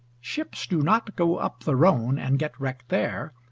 ships do not go up the rhone, and get wrecked there,